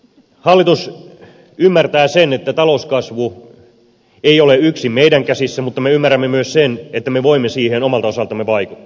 hallitus ymmärtää sen että talouskasvu ei ole yksin meidän käsissämme mutta me ymmärrämme myös sen että me voimme siihen omalta osaltamme vaikuttaa